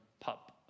pup